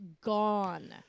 gone